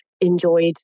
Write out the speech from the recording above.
enjoyed